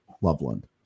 loveland